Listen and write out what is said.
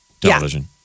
Television